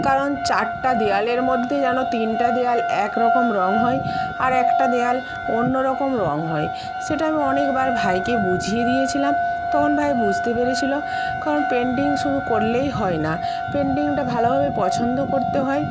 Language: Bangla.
কারণ চারটা দেওয়ালের মধ্যে যেন তিনটা দেয়াল এক রকম রঙ হয় আর একটা দেয়াল অন্য রকম রঙ হয় সেটা আমি অনেকবার ভাইকে বুঝিয়ে দিয়েছিলাম তখন ভাই বুঝতে পেরেছিলো কারণ পেন্টিং শুরু করলেই হয় না পেন্টিংটা ভালোভাবে পছন্দ করতে হয়